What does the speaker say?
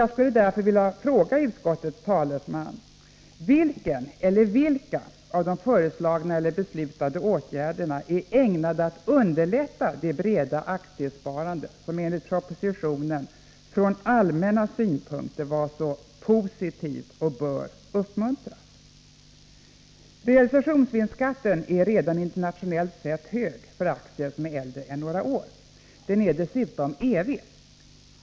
Jag skulle därför vilja fråga utskottets talesman: Vilken eller vilka av de föreslagna eller beslutade åtgärderna är ägnade att underlätta det breda aktiesparande som enligt propositionen ”från allmänna synpunkter” var så ”positivt och bör uppmuntras”? Realisationsvinstskatten är redan internationellt sett hög för aktier som är äldre än några år. Den är dessutom evig.